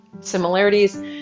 similarities